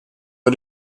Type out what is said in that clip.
wir